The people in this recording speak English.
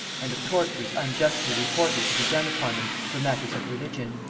and of tortures unjustly reported to be done upon them for matters of religion.